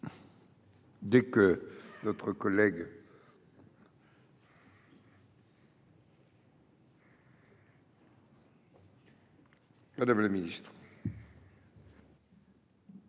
Mme la ministre.